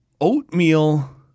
Oatmeal